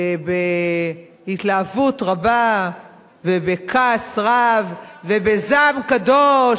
בהתלהבות רבה ובכעס רב ובזעם קדוש,